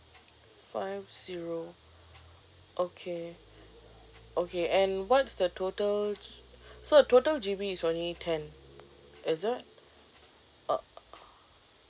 five zero okay okay and what's the total so the total G_B is only ten is it or